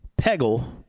Peggle